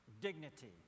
dignity